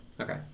Okay